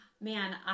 Man